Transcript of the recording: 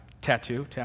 tattoo